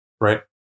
right